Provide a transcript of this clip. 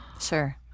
Sure